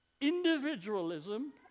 individualism